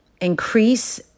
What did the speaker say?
increase